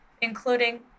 including